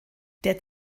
der